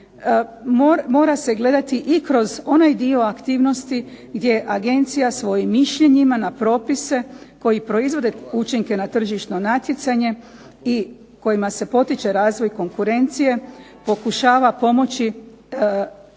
mora se gledati i kroz onaj dio aktivnosti gdje agencija svojim mišljenjima na propise koji proizvode učinke na tržišno natjecanje i kojima se potiče razvoj konkurencije pokušava pomoći onima